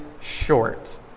short